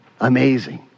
Amazing